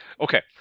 okay